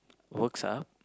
works are